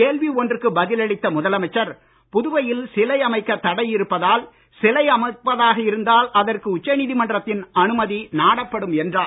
கேள்வி ஒன்றுக்கு பதில்அளித்த முதலமைச்சர் புதுவையில் சிலை அமைக்கத் தடை இருப்பதால் சிலை அமைப்பதாக இருந்தால் அதற்கு உச்ச நீதிமன்றத்தின் அனுமதி நாடப்படும் என்றார்